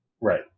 Right